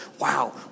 wow